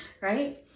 right